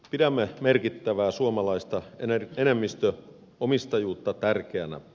pidämme merkittävää suomalaista enemmistöomistajuutta tärkeänä